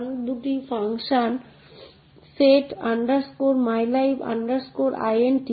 অন্য একটি অ্যাপ্লিকেশন থেকে এইভাবে পেজিং ইউনিট ব্যবহার করে আমরা একটি অ্যাপ্লিকেশনকে অন্য দিকে রক্ষা করতে সক্ষম হব